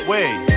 Wait